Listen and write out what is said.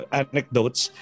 anecdotes